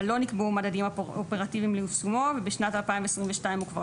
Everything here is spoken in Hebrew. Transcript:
אבל לא נקבעו מדדים אופרטיביים ליישומו ובשנת 2022 הוא כבר